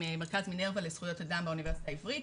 מרכז מינרווה לזכויות אדם באוניברסיטה העברית,